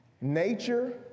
nature